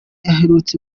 aherutse